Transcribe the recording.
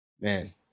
man